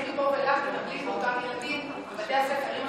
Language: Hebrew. איך מפה ואילך מטפלים באותם ילדים בבתי הספר?